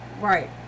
Right